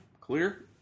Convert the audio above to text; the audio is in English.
Clear